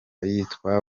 yitwa